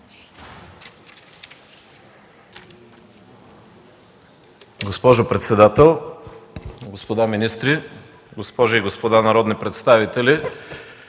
Госпожо председател, господа министри, госпожи и господа народни представители!